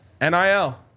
nil